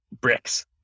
bricks